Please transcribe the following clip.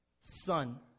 son